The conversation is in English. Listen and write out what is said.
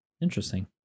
Interesting